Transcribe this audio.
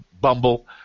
Bumble